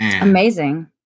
Amazing